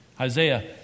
Isaiah